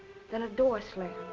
then a door slammed.